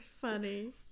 funny